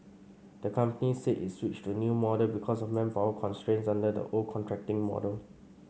the company said it switched to new model because of manpower constraints under the old contracting model